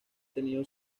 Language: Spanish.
tenido